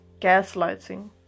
gaslighting